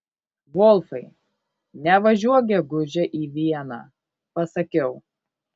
volfai nevažiuok gegužę į vieną pasakiau